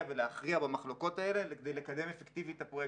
ולהכריע במחלוקות האלה כדי לקדם אפקטיבית את הפרויקט.